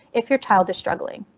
if your child is struggling.